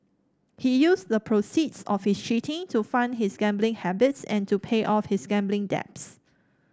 he used the proceeds of his cheating to fund his gambling habits and to pay off his gambling debts